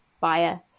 buyer